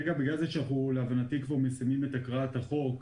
להבנתי אנחנו מסיימים את הקראת החוק,